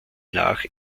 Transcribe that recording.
nach